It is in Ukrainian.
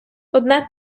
одне